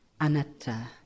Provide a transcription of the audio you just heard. anatta